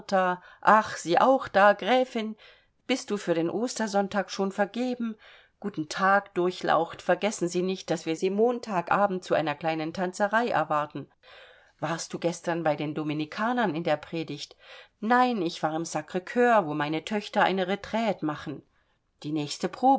ah sie auch da gräfin bist du für den ostersonntag schon vergeben guten tag durchlaucht vergessen sie nicht daß wir sie montag abend zu einer kleinen tanzerei erwarten warst du gestern bei den dominikanern in der predigt nein ich war im sacr coeur wo meine töchter eine retraite machen die nächste